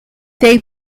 they